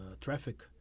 traffic